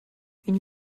une